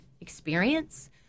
experience